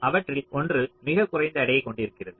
அவற்றில் ஒன்று மிகக் குறைந்த எடையை கொண்டிருக்கிறது